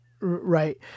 Right